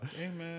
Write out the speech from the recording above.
Amen